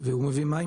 והוא מביא מים,